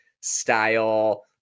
style